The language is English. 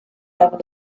level